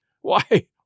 Why